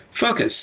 Focus